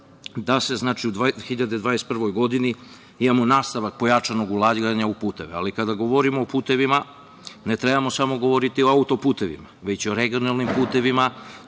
Vlade, da u 2021. godini imamo nastavak pojačanog ulaganja u puteve. Ali, kada govorimo o putevima, ne trebamo samo govoriti o auto-putevima, već i o regionalnim putevima,